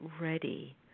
ready